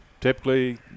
typically